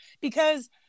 because-